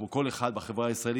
כמו כל אחד בחברה הישראלית,